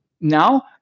now